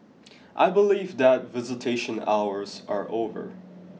I believe that visitation hours are over